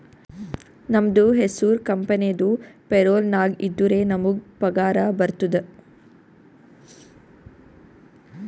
ನಮ್ದು ಹೆಸುರ್ ಕಂಪೆನಿದು ಪೇರೋಲ್ ನಾಗ್ ಇದ್ದುರೆ ನಮುಗ್ ಪಗಾರ ಬರ್ತುದ್